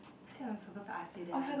I think I was suppose to ask you then I